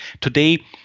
Today